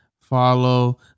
Follow